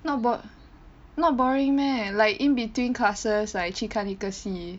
not bored not boring meh like in between classes like 去看一个戏